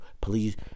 please